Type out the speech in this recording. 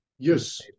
Yes